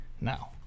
Now